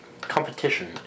competition